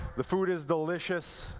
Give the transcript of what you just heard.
the food is delicious,